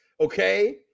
okay